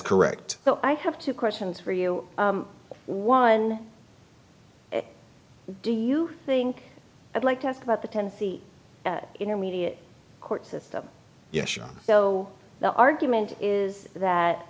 correct so i have two questions for you one do you think i'd like to ask about the ten c intermediate court system so the argument is that